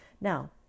Now